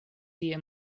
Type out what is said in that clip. tie